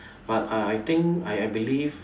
but ah I think I I believe